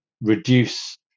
reduce